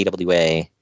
AWA